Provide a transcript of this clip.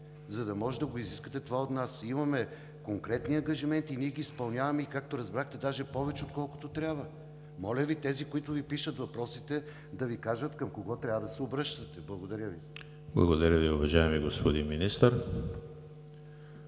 за да можете да го изискате това от нас. Имаме конкретни ангажименти и ние ги изпълняваме – както разбрахте, даже повече, отколкото трябва. Моля Ви, тези, които Ви пишат въпросите, да Ви кажат към кого трябва да се обръщате. Благодаря Ви. ПРЕДСЕДАТЕЛ ЕМИЛ ХРИСТОВ: Благодаря Ви, уважаеми господин Министър.